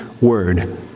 Word